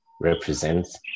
represents